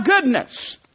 goodness